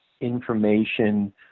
information